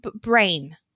brain